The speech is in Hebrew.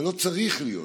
זה לא צריך להיות.